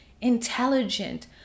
intelligent